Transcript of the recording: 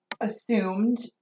assumed